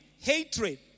Hatred